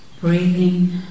breathing